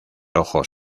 ojos